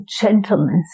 gentleness